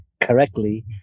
correctly